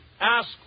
ask